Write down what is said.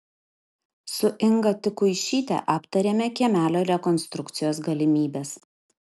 su inga tikuišyte aptarėme kiemelio rekonstrukcijos galimybes